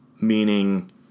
meaning